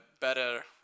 better